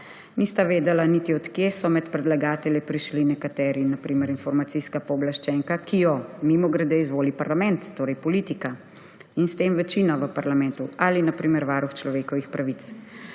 Nista vedela niti, od kod so med predlagatelje prišli nekateri, na primer informacijska pooblaščenka, ki jo, mimogrede, izvoli parlament, torej politika in s tem večina v parlamentu, ali na primer varuh človekovih pravic.